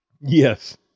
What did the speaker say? yes